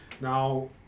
Now